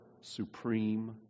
supreme